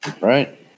Right